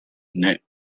neck